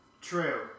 True